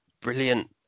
brilliant